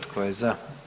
Tko je za?